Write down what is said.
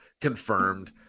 confirmed